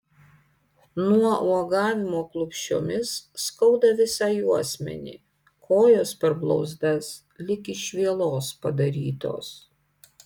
nuo uogavimo klupsčiomis skauda visą juosmenį kojos per blauzdas lyg iš vielos padarytos